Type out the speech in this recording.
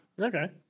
Okay